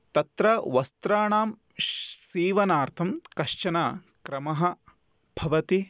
तत्र वस्त्राणां श् सीवनार्थं कश्चन क्रमः भवति